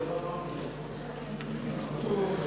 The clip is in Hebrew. (תיקון), התשע"ג 2013, נתקבל.